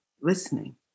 Listening